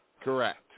Correct